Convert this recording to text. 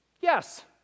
Yes